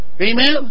amen